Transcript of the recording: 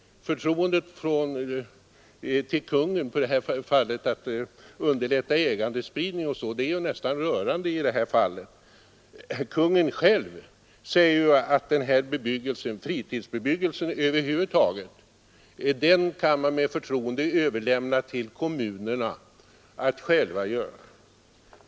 Förtroendet för Kungl. Maj:ts förmåga att underlätta ägandespridning och sådant är nästan rörande. Kungen själv säger att fritidsbebyggelse över huvud taget kan man med förtroende överlämna till kommunerna att själva planera.